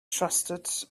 trusted